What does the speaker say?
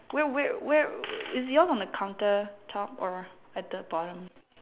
where where where is yours on the counter top or at the bottom